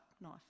knife